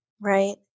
Right